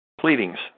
pleadings